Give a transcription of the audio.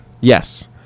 Yes